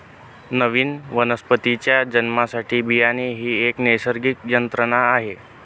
नवीन वनस्पतीच्या जन्मासाठी बियाणे ही एक नैसर्गिक यंत्रणा आहे